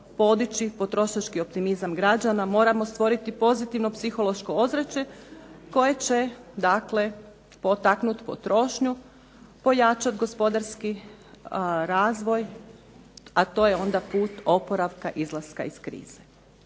podići potrošački optimizam građana, moramo stvoriti pozitivno psihološko ozračje koje će potaknuti potrošnju, pojačat gospodarski razvoj, a to je onda put oporavka izlaska iz krize.